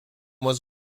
was